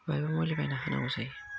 बेवहायबो मुलि बायना होनांगौ जायो